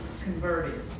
converted